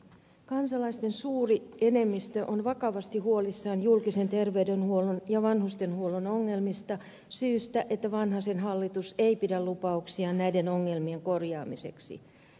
kansalaisten suuri enemmistö on vakavasti huolissaan julkisen terveydenhuollon ja vanhustenhuollon ongelmista syystä että vanhasen hallitus ei pidä lupauksiaan näiden ongelmien korjaamiseksi